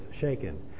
shaken